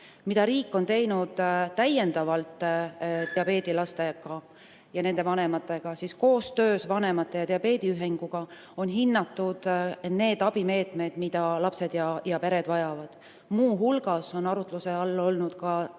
on riik teinud täiendavalt diabeedilaste ja nende vanemate jaoks? Koostöös vanemate ja diabeediühinguga on hinnatud neid abimeetmeid, mida lapsed ja pered vajavad. Muu hulgas on ka käesoleval aastal